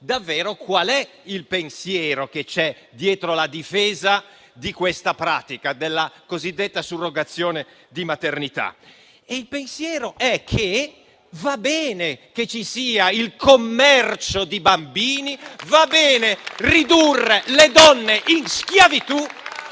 qual è il pensiero dietro la difesa della pratica della cosiddetta surrogazione di maternità. Il pensiero è che va bene che ci sia il commercio di bambini, va bene ridurre le donne in schiavitù